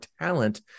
talent